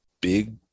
big